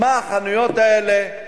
מה החנויות האלה.